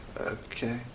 Okay